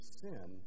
sin